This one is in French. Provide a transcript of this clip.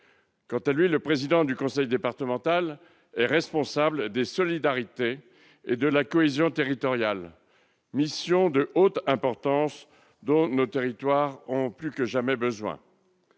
Quant au président du conseil départemental, il est responsable des solidarités et de la cohésion territoriale, missions de haute importance, et dont nos territoires ont plus que jamais besoin.